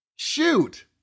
Shoot